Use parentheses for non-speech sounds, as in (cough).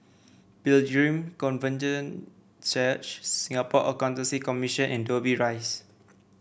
Pilgrim (unintelligible) Church Singapore Accountancy Commission and Dobbie Rise